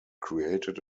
created